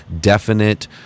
definite